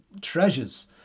treasures